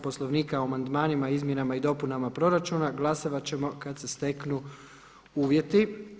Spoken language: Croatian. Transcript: Poslovnika o amandmanima, izmjenama i dopunama proračuna glasovat ćemo kad se steknu uvjeti.